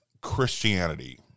Christianity